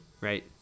Right